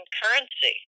currency